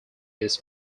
this